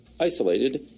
isolated